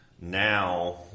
now